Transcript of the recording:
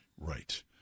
right